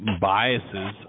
biases